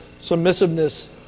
submissiveness